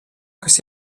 kas